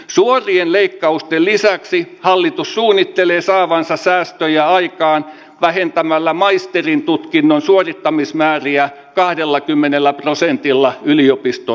suorien leikkausten lisäksi hallitus suunnittelee saavansa säästöjä aikaan vähentämällä maisterin tutkinnon suorittamismääriä kahdellakymmenellä prosentilla yliopisto